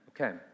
Okay